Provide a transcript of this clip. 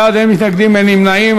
38 בעד, אין מתנגדים, אין נמנעים.